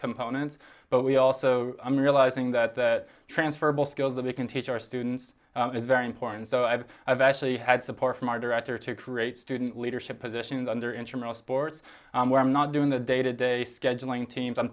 components but we also i'm realizing that transferable skills that we can teach our students is very important so i've i've actually had support from our director to create student leadership positions under interest boards where i'm not doing the day to day scheduling teams i'm